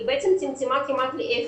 והיא בעצם צמצמה כמעט לאפס.